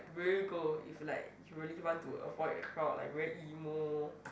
where you go if like you really want to avoid the crowd like very emo